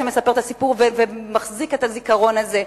שמספר את הסיפור ומחזיק את הזיכרון הזה.